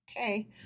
Okay